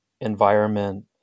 environment